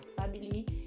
family